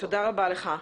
תודה רבה לך.